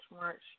March